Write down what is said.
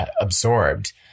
absorbed